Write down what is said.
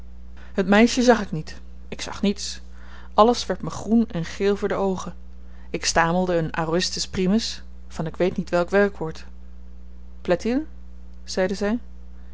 het meisje zag ik niet ik zag niets alles werd me groen en geel voor de oogen ik stamelde een aoristus primus van ik weet niet welk werkwoord plaît il zeide zy